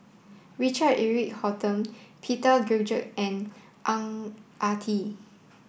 Richard Eric Holttum Peter Gilchrist and Ang Ah Tee